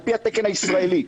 על פי התקן הישראלי,